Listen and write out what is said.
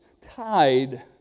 tied